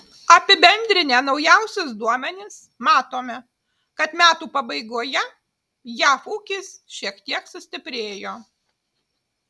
apibendrinę naujausius duomenis matome kad metų pabaigoje jav ūkis šiek tiek sustiprėjo